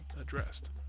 addressed